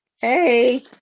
hey